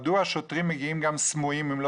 מדוע השוטרים מגיעים גם סמויים אם לא